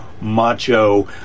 macho